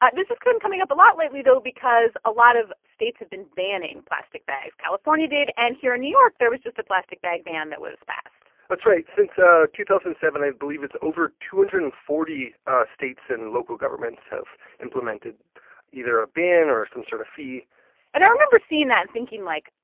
ah this has been coming up a lot lately, though, because a lot of states have been banning plastic bags. california did. and here in new york, there was just a plastic bag ban that was passed that's right. since two thousand and seven, i believe, it's over two hundred and forty states and local governments have implemented either a ban or some sort of fee and i remember seeing that and thinking like,